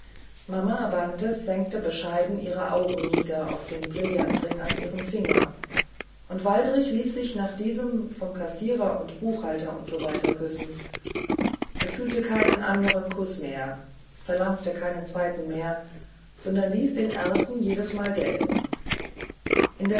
mama bantes senkte bescheiden ihre augen nieder auf den brillantring an ihrem finger und waldrich ließ sich nach diesem vom kassierer und buchhalter usw küssen er fühlte keinen anderen kuß mehr verlangte keinen zweiten mehr sondern ließ den ersten jedesmal gelten